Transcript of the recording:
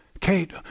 Kate